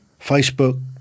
Facebook